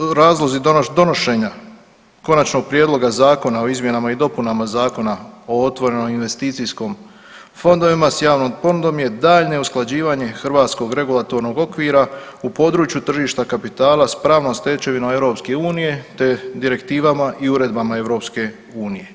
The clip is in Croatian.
Razlog, razlozi donošenja Konačnog prijedloga Zakona o izmjenama i dopunama Zakona o otvorenom investicijskom fondovima s javnom ponudom je daljnje usklađivanje hrvatskog regulatornog okvira u području tržišta kapitala s pravnom stečevinom EU te direktivama i uredbama EU.